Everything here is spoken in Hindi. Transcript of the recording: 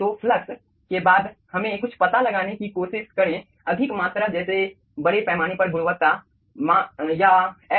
तो फ्लक्स के बाद हमें कुछ पता लगाने की कोशिश करें अधिक मात्रा जैसे बड़े पैमाने पर गुणवत्ता या x